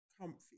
comfy